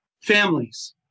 families